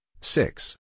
six